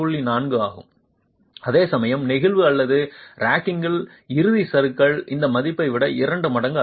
4 ஆகும் அதேசமயம் நெகிழ்வு அல்லது ராக்கிங்கில் இறுதி சறுக்கல் அந்த மதிப்பை விட இரண்டு மடங்கு அதிகம்